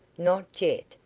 not yet,